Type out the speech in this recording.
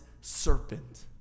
serpent